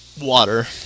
water